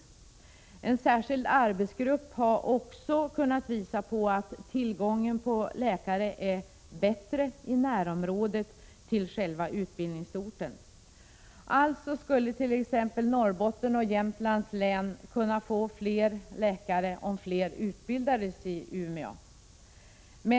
Vidare har en särskild arbetsgrupp kunnat visa att tillgången på läkare är bättre i närområdet till själva utbildningsorten. Exempelvis Norrbottens och Jämtlands län skulle alltså kunna få fler läkare om antalet utbildningsplatser i Umeå ökades.